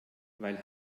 weil